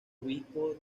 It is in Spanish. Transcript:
obispo